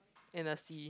in the sea